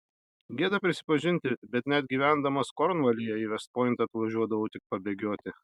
gėda prisipažinti bet net gyvendamas kornvalyje į vest pointą atvažiuodavau tik pabėgioti